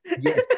Yes